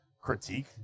critique